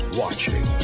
watching